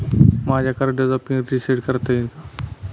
माझ्या कार्डचा pin reset करता येईल का?